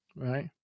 right